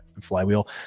flywheel